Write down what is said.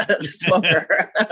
smoker